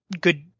good